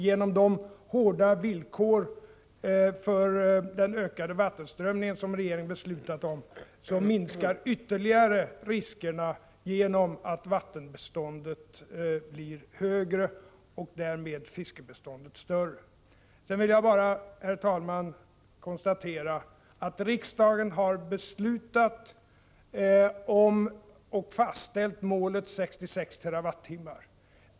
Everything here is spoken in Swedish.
Genom de hårda villkor för ökad vattenströmning som regeringen beslutat om minskar dessutom ytterligare riskerna, genom att vattenståndet blir högre och därmed fiskbeståndet större. Sedan vill jag bara, herr talman, konstatera att riksdagen har beslutat att fastställa målet 66 TWh.